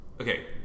Okay